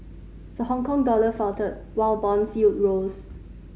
the Hongkong dollar faltered while bond yields rose